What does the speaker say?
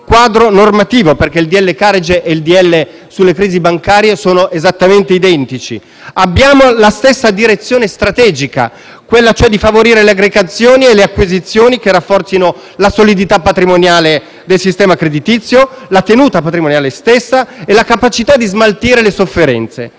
quadro normativo, perché il decreto-legge Carige e quello sulle crisi bancarie sono esattamente identici; abbiamo la stessa direzione strategica, quella cioè di favorire le aggregazioni e le acquisizioni che rafforzino la solidità patrimoniale del sistema creditizio, la tenuta patrimoniale stessa e la capacità di smaltire le sofferenze.